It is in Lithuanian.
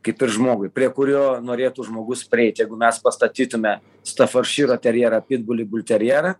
kaip ir žmogui prie kurio norėtų žmogus prieit jeigu mes pastatytume staforširo terjerą pidbulį bulterjerą